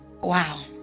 Wow